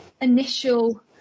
initial